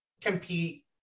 compete